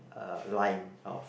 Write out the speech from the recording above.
uh line of